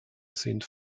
sind